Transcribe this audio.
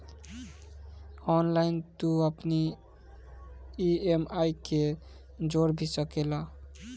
online तू अपनी EMI के जोड़ भी सकेला